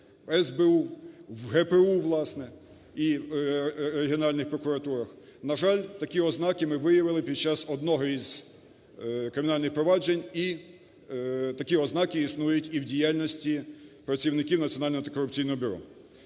власне, і генеральних прокуратурах. На жаль, такі ознаки ми виявили під час одного із кримінальних проваджень, і такі ознаки існують і в діяльності працівників Національного антикорупційного бюро.